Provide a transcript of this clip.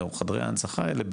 חדרי ההנצחה האלה,